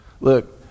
Look